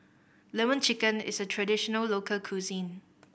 Lemon Chicken is a traditional local cuisine